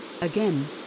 again